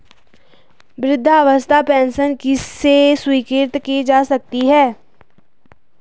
वृद्धावस्था पेंशन किसे स्वीकृत की जा सकती है?